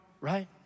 right